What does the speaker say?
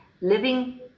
living